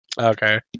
Okay